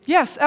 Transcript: Yes